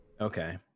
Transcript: okay